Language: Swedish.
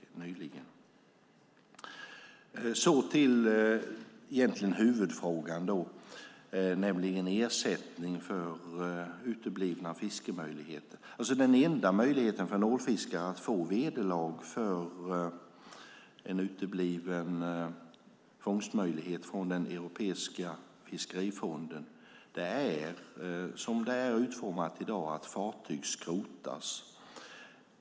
Låt mig gå över till det som egentligen är huvudfrågan, nämligen ersättning för uteblivna fiskemöjligheter. Den enda möjligheten för en ålfiskare att få vederlag från den europeiska fiskerifonden för en utebliven fångstmöjlighet är, som det är utformat i dag, att fartyg skrotas.